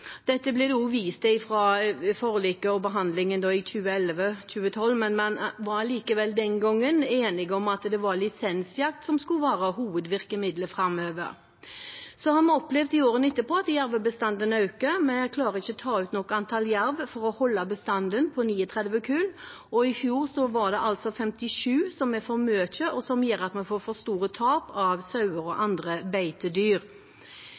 Dette ble det også vist til i forliket og i behandlingen i 2011–2012. Likevel var vi den gangen enige om at det var lisensjakt som skulle være hovedvirkemiddelet framover. Så har vi i årene etterpå opplevd at jervebestanden øker. Vi klarer ikke ta ut et høyt nok antall jerv for å holde bestanden på 39 kull. I fjor var tallet 57, som er for mye, og som gjør at vi får for store tap av sauer og